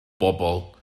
bobl